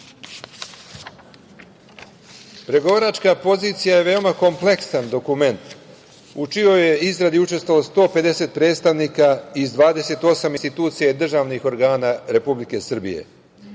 poziciju. Pregovaračka pozicija je veoma kompleksan dokument u čijoj je izradi učestvovalo 150 predstavnika iz 28 institucija i državnih organa Republike Srbije.